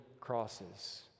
crosses